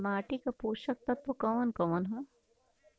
माटी क पोषक तत्व कवन कवन ह?